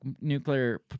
nuclear